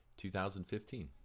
2015